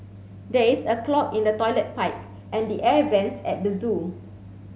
there is a clog in the toilet pipe and the air vents at the zoo